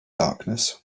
darkness